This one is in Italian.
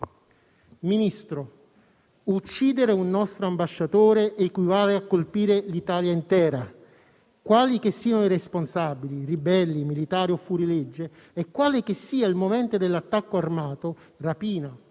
Ministro, uccidere un nostro Ambasciatore equivale a colpire l'Italia intera, quali che siano i responsabili, ribelli, militari o fuorilegge, e quale che sia il movente dell'attacco armato, rapina